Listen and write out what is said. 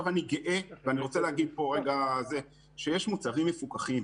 אני גאה בכך שיש מוצרים מפוקחים,